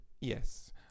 Yes